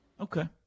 okay